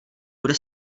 bude